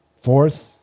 Fourth